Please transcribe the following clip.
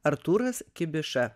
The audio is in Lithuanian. artūras kibiša